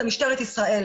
זאת משטרת ישראל.